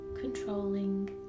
controlling